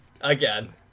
again